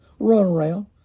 runaround